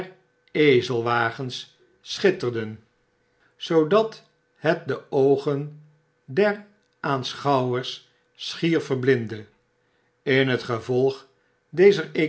ezelwagens schitterden zoodat het de oogen der aanschouwers schier verblindde in het gevolg dezer